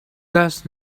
does